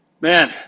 man